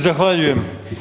Zahvaljujem.